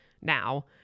now